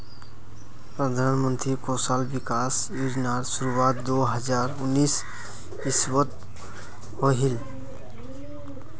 प्रधानमंत्री कौशल विकाश योज्नार शुरुआत दो हज़ार उन्नीस इस्वित होहिल